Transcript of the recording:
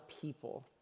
people